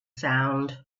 sound